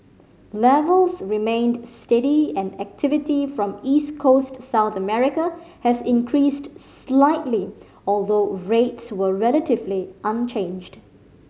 levels remained steady and activity from East Coast South America has increased slightly although rates were relatively unchanged